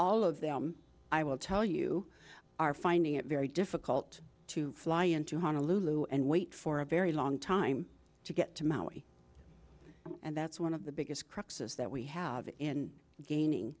all of them i will tell you are finding it very difficult to fly into honolulu and wait for a very long time to get to maui and that's one of the biggest cruxes that we have in gaining